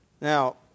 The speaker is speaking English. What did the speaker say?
now